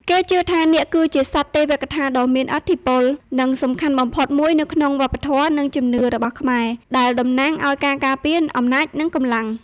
គេជឿថា នាគ គឺជាសត្វទេវកថាដ៏មានឥទ្ធិពល និងសំខាន់បំផុតមួយនៅក្នុងវប្បធម៌ និងជំនឿរបស់ខ្មែរ ដែលតំណាងឱ្យការការពារ អំណាច និងកម្លាំង។